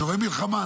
אזורי מלחמה,